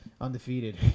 undefeated